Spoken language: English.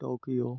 Tokyo